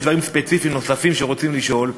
דברים ספציפיים נוספים שרוצים לשאול,